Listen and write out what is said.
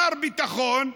מר ביטחון,